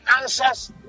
answers